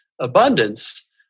abundance